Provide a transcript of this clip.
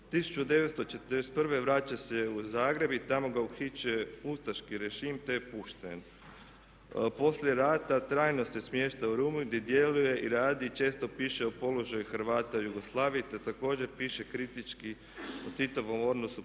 1941. vraća se u Zagreb i tamo ga uhićuje ustaški režim te je pušten. Poslije rata trajno se smješta u Rumu gdje djeluje i radi i često piše o položaju Hrvata u Jugoslaviji te također piše kritički o Titovom odnosu